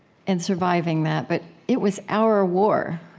and surviving that, but it was our war.